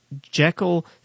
Jekyll